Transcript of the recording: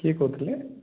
କିଏ କହୁଥିଲେ